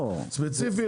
ספציפי,